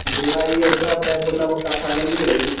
ਮੇਰਾ ਜੀ ਇਧਰ ਆਪਣੇ ਮੁੱਲਾਂਪੁਰ ਦਾਖਾ ਕਨੀ ਹੈ ਜੀ